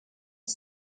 qui